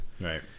right